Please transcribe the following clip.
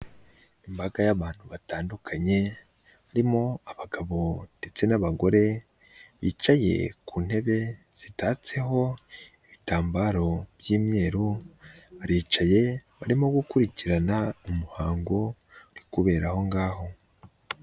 Imbaga y'abantu batandukanye barimo abagabo ndetse n'abagore. Bicaye ku ntebe zitatseho ibitambaro by'imyeru. Baricaye barimo gukurikirana umuhango uri kubera aho ngaho.